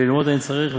וללמוד אני צריך,